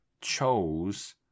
chose